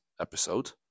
episode